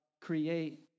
create